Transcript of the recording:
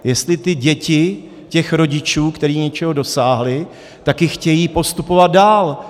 Jestli děti těch rodičů, kteří něčeho dosáhli, taky chtějí postupovat dál.